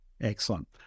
Excellent